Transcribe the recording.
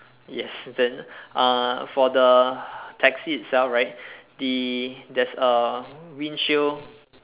yes then uh for the taxi itself right the there's a windshield